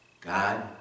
God